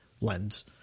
lens